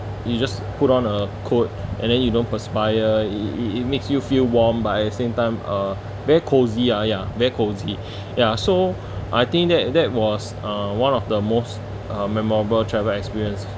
you just put on a coat and then you don't perspire you it it it makes you feel warm but at the same time uh very cosy ya ya very cosy ya so I think that that was uh one of the most uh memorable travel experience